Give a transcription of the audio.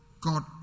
God